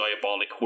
Diabolic